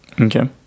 okay